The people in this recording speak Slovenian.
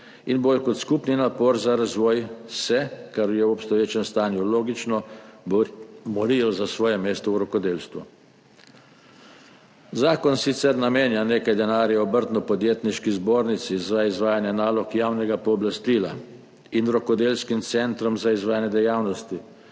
in bolj kot skupni napor za razvoj se, kar je v obstoječem stanju logično, borijo za svoje mesto v rokodelstvu. Zakon sicer namenja nekaj denarja Obrtno-podjetniški zbornici za izvajanje nalog javnega pooblastila in rokodelskim centrom za izvajanje dejavnosti,